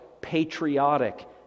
patriotic